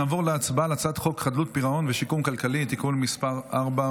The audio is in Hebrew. נעבור להצבעה על הצעת חוק חדלות פירעון ושיקום כלכלי (תיקון מס' 4,